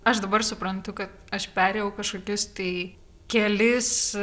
aš dabar suprantu kad aš perėjau kažkokius tai kelis